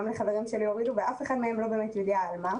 גם לחברים שלי הורידו ואף אחד מהם לא באמת יודע על מה.